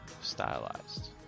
stylized